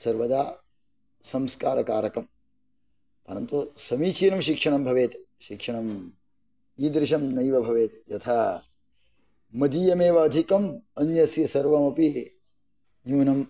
सर्वदा संस्कारकारकम् अनन्तो समीचीनं शिक्षणं भवेत् शिक्षणं ईदृशं नैव भवेत् यथा मदीयमेव अधिकं अन्यस्य सर्वमपि न्यूनं